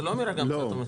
זה לא מרגע המצאת המסמכים.